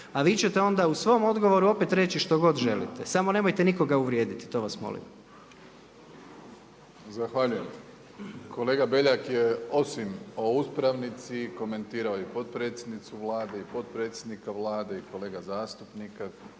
a vi ćete onda u svom odgovoru opet reći što god želite, samo nemojte nikoga uvrijediti, to vas molim. **Plenković, Andrej (HDZ)** Zahvaljujem. Kolega Beljak je osim o uspravnici komentirao i potpredsjednicu Vlade i potpredsjednika Vlade i kolega zastupnika